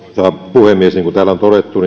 puhemies niin kuin täällä on todettu